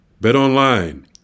BetOnline